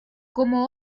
como